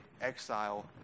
exile